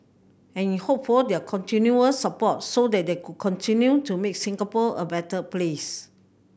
and hoped for their continued support so that they could continue to make Singapore a better place